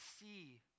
see